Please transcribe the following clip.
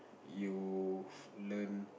you've learnt